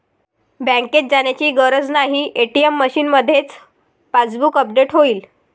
बँकेत जाण्याची गरज नाही, ए.टी.एम मशीनमध्येच पासबुक अपडेट होईल